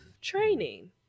training